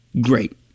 great